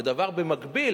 ודבר במקביל,